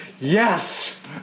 yes